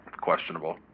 questionable